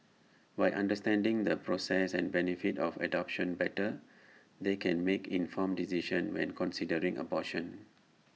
by understanding the process and benefits of adoption better they can make informed decisions when considering abortion